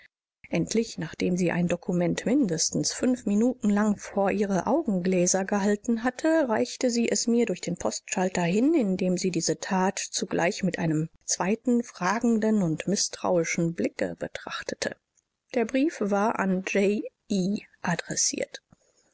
endlich nachdem sie ein dokument mindestens fünf minuten lang vor ihre augengläser gehalten hatte reichte sie es mir durch den postschalter hin indem sie diese that zugleich mit einem zweiten fragenden und mißtrauischen blicke betrachtete der brief war an j e adressiert